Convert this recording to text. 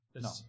No